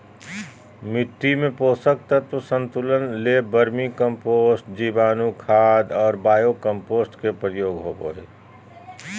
मिट्टी में पोषक तत्व संतुलन ले वर्मी कम्पोस्ट, जीवाणुखाद और बायो कम्पोस्ट के प्रयोग होबो हइ